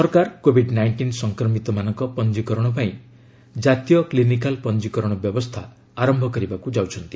ସରକାର covid nineteen ସଂକ୍ରମିତମାନଙ୍କର ପଞ୍ଜିକରଣ ପାଇଁ ଜାତୀୟ କ୍ଲିନିକାଲ୍ ପଞ୍ଜିକରଣ ବ୍ୟବସ୍ଥା ଆରମ୍ଭ କରିବାକୁ ଯାଉଛନ୍ତି